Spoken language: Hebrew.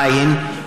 ע',